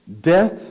Death